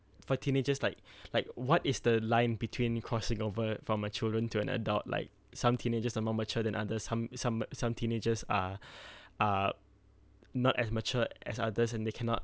for teenagers like like what is the line between crossing over from a children to an adult like some teenagers are more mature than others some some some teenagers are are not as mature as others and they cannot